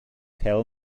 tell